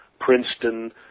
Princeton